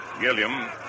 Gilliam